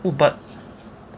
oh but